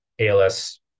ALS